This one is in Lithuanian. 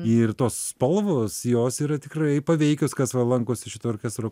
ir tos spalvos jos yra tikrai paveikios kas va lankosi šito orkestro